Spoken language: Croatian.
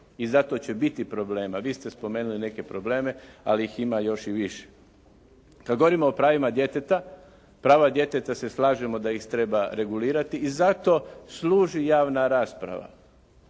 i zato će biti problema. Vi ste spomenuli neke probleme, ali ih ima i još više. Kad govorimo o pravima djeteta, prava djeteta se slažemo da ih treba regulirati i zato služi javna rasprava.